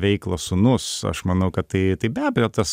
veiklą sūnus aš manau kad tai tai be abejo tas